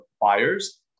buyers